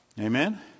amen